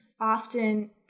often